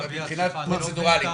מבחינה פרוצדוראלית,